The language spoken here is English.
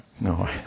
No